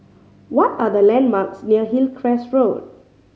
what are the landmarks near Hillcrest Road